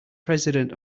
president